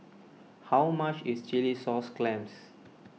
how much is Chilli Sauce Clams